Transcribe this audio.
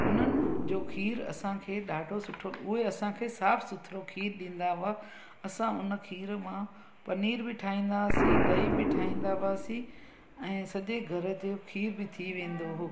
उन्हनि जो खीरु असांखे ॾाढो सुठो उहे असांखे साफ़ु सुथरो खीरु ॾींदा हुआ असां उन खीर मां पनीर बि ठाहींदा हुआसीं ॾही बि ठाहींदा हुआसीं ऐं सॼे घर जो खीरु बि थी वेंदो हो